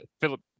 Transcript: Philip